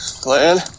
Glenn